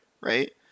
Right